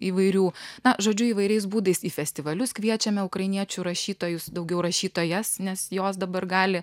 įvairių na žodžiu įvairiais būdais į festivalius kviečiame ukrainiečių rašytojus daugiau rašytojas nes jos dabar gali